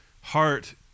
heart